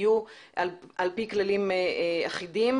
יהיו על פי כללים אחידים,